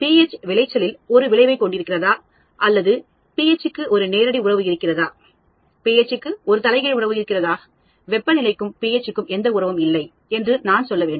pH விளைச்சலில் ஒரு விளைவைக் கொண்டிருக்கிறதா அல்லது pH க்கு ஒரு நேரடி உறவு இருக்கிறதா pH க்கு ஒரு தலைகீழ் தொடர்பு உள்ளது வெப்பநிலைக்கு pH க்கு எந்த உறவும் இல்லை என்று நான் சொல்ல வேண்டும்